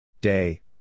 Day